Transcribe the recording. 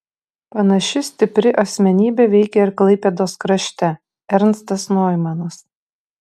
panaši stipri asmenybė veikė ir klaipėdos krašte ernstas noimanas